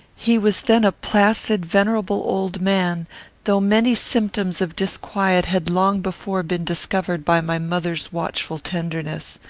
he was then a placid, venerable old man though many symptoms of disquiet had long before been discovered by my mother's watchful tenderness.